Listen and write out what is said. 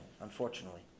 unfortunately